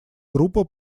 группа